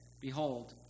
Behold